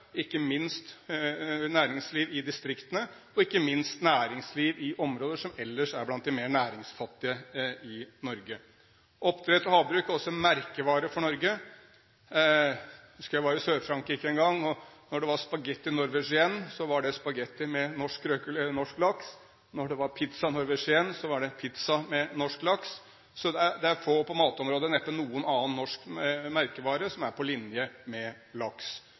ikke minst til næringsliv i distriktene, ikke minst i områder som ellers er blant de mer næringsfattige i Norge. Oppdrett og havbruk er også en merkevare for Norge. Jeg husker jeg var i Sør-Frankrike en gang, og da det var Spaghetti Norvegiénne, var det spaghetti med norsk laks, og da det var Pizza Norvegiénne, var det pizza med norsk laks. Det er få norske merkevarer på matområdet, neppe noen annen, som er på linje med laks.